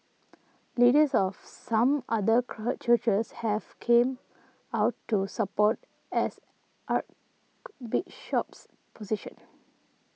leaders of some other churches have come out to support as Archbishop's position